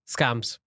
Scams